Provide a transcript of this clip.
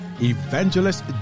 Evangelist